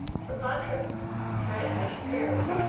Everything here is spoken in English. for contrast try a dish of caraway.